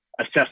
assess